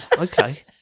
Okay